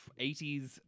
80s